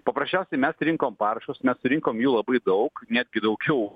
paprasčiausiai mes rinkom parašus mes surinkom jų labai daug netgi daugiau